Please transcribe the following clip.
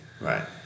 right